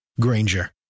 Granger